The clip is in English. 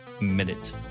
minute